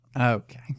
Okay